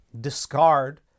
discard